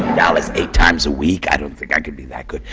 dollars eight times a week? i don't think i can be that good.